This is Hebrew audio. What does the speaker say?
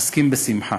אסכים בשמחה.